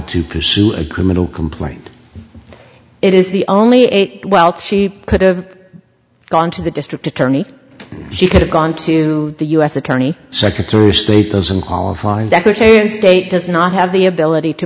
to pursue a criminal complaint it is the only ate well she could have gone to the district attorney she could have gone to the u s attorney secretary of state doesn't qualify state does not have the ability to